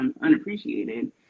unappreciated